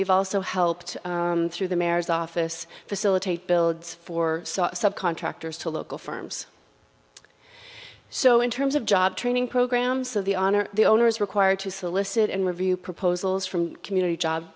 we've also helped through the mayor's office facilitate builds for subcontractors to local firms so in terms of job training programs of the honor the owner is required to solicit and review proposals from community job